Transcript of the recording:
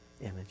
image